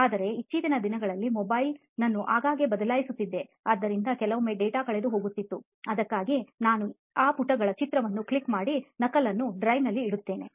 ಆದರೆ ಇತ್ತೀಚಿನ ದಿನಗಳಲ್ಲಿ mobile phone ನನ್ನು ಆಗಾಗ್ಗೆ ಬದಲಾಯಿಸುತ್ತಿದ್ದೆ ಆದ್ದರಿಂದ ಕೆಲವೊಮ್ಮೆ data ಕಳೆದುಹೋಗುತ್ತಿತ್ತು ಅದಕ್ಕಾಗಿ ನಾನು ಆ ಪುಟಗಳ ಚಿತ್ರವನ್ನು click ಮಾಡಿ ನಕಲನ್ನು drive ನಲ್ಲಿ ಇಡುತ್ತೇನೆ